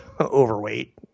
overweight